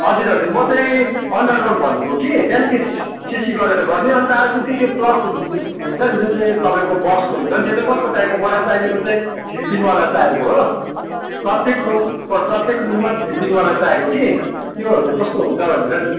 हजुर हजुर म चाहिँ अन्डरग्राउन्ड भनेको कि जहाँदेखि सिसी गरेर गर्ने अन्त अर्को चाहिँ त्यो प्लक हुन्छ नि जुन चाहिँ तपाईँको बक्स हुन्छ नि त्यो चाहिँ कस्तो टाइपको मलाई चाहिएको चाहिँ थ्री पिनवाला चाहिएको हो प्रत्येक रुम प्रत्येक रुममा थ्री पिनवाला चाहिएको कि त्योहरू कस्तो हुन्छ भनेर नि